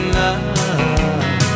love